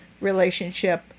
relationship